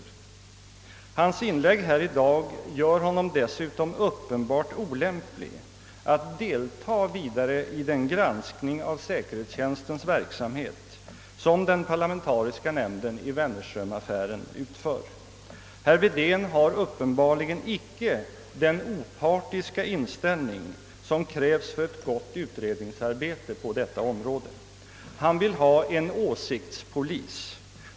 Herr Wedéns inlägg här i dag gör honom dessutom olämplig att vidare deltaga i den granskning av säkerhetstjänstens verksamhet som den parlamentariska nämnden i Wennerströmaffären utför. Herr Wedén har uppenbarligen icke den opartiska inställning som krävs för ett gott utredningsarbete på detta område. Herr Wedén vill ha en åsiktspolis.